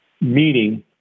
Meaning